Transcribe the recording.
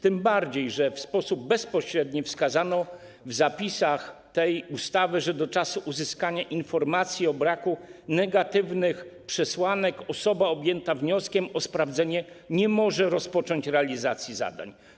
Tym bardziej że w sposób bezpośredni wskazano w zapisach tej ustawy, że do czasu uzyskania informacji o braku negatywnych przesłanek osoba objęta wnioskiem o sprawdzenie nie może rozpocząć realizacji zadań.